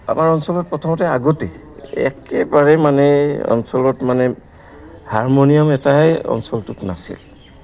আমাৰ অঞ্চলত প্ৰথমতে আগতেই একেবাৰে মানে অঞ্চলত মানে হাৰমনিয়াম এটাই অঞ্চলটোত নাছিল